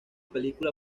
película